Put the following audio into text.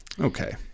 Okay